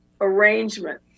arrangement